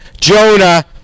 Jonah